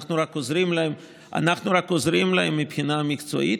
אנחנו רק עוזרים להם מבחינה מקצועית,